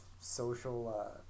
social